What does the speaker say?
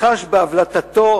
חש בהבלטתו